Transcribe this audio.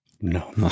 No